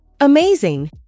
Amazing